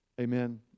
Amen